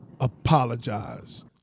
Apologize